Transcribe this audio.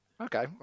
Okay